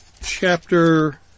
chapter